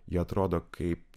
jie atrodo kaip